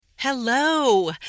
Hello